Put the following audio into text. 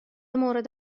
مورد